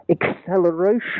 acceleration